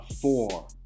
Four